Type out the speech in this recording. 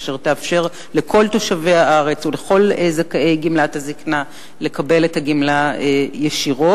אשר תאפשר לכל תושבי הארץ ולכל זכאי גמלת הזיקנה לקבל את הגמלה ישירות,